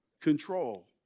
control